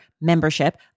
membership